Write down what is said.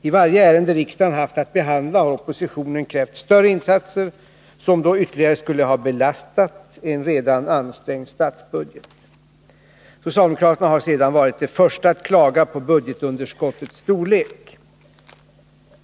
I varje ärende riksdagen haft att behandla har oppositionen krävt större insatser, som då ytterligare skulle ha belastat en redan ansträngd statsbudget. Socialdemokraterna har sedan varit de första att klaga på budgetunderskottets storlek.